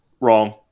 Wrong